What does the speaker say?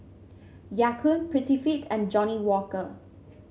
Ya Kun Prettyfit and Johnnie Walker